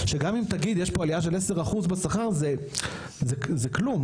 שגם אם תגיד שיש פה עלייה של עשרה אחוז בשכר - זה כלום,